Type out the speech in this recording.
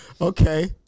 Okay